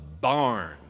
barn